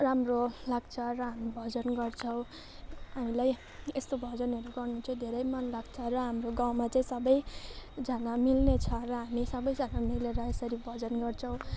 राम्रो लाग्छ र हामी भजन गर्छौँ हामीलाई यस्तो भजनहरू गर्नु चाहिँ धेरै मनलाग्छ र हाम्रो गाउँमा चाहिँ सबैजना मिल्ने छ र हामी सबैजना मिलेर यसरी भजन गर्छौँ